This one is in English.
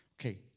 Okay